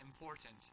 important